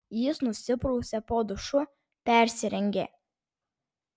jis nusiprausė po dušu persirengė